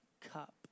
cup